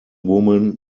woman